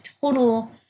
total